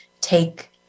take